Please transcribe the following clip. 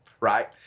right